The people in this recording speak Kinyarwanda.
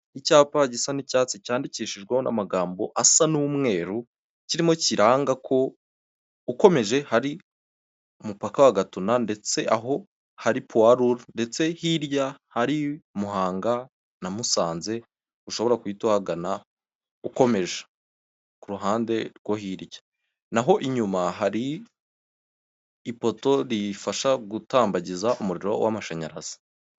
Icyapa gisa n'icyatsi cyandikishijweho n'amagambo asa n'umweru, kirimo kiranga ko ukomeje hari umupaka wa Gatuna, ndetse aho hari puwa ruru, ndetse hirya hari Muhanga na Musanze, ushobora guhita uhagana ukomeje ku ruhande rwo hirya. Naho inyuma hari ipoto rifasha gutambagiza umuriro w'amashanyarazi.